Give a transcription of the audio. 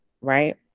right